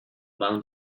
among